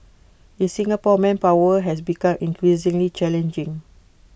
in Singapore manpower has become increasingly challenging